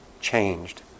changed